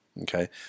okay